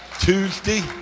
Tuesday